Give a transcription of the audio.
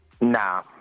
Nah